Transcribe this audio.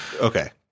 Okay